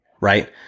Right